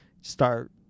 start